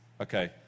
okay